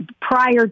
prior